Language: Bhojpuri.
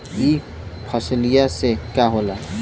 ई फसलिया से का होला?